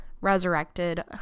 resurrected